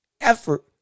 effort